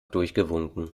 durchgewunken